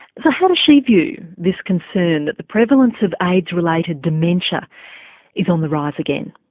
so how does she view this concern that the prevalence of aids related dementia is on the rise again.